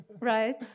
Right